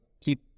keep